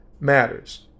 matters